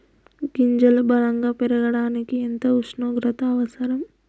గింజలు బలం గా పెరగడానికి ఎంత ఉష్ణోగ్రత అవసరం?